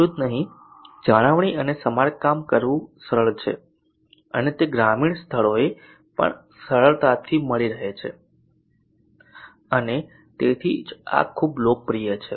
એટલું જ નહીં જાળવણી અને સમારકામ કરવું સરળ છે અને તે ગ્રામીણ સ્થળોએ પણ સરળતાથી મળી રહે છે અને તેથી જ આ ખૂબ લોકપ્રિય છે